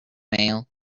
mail